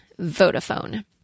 Vodafone